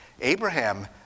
Abraham